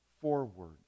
forward